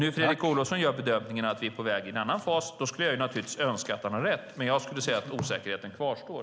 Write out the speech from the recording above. Om nu Fredrik Olovsson gör bedömningen att vi är på väg in i en annan fas skulle jag naturligtvis önska att han har rätt, men jag skulle säga att osäkerheten kvarstår.